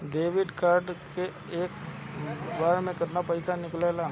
Debit card से एक बार मे केतना पैसा निकले ला?